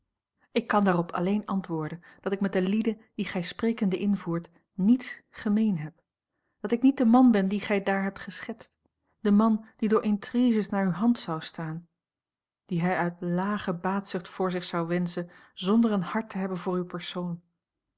ik kan daarop alleen antwoorden dat ik met de lieden die gij sprekende invoert niets gemeen heb dat ik niet de man ben dien gij daar hebt geschetst de man die door intriges naar uwe hand zou staan die hij uit lage baatzucht voor zich zou wenschen zonder een hart te hebben voor uw persoon